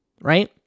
right